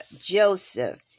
Joseph